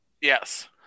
Yes